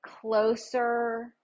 closer